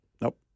Nope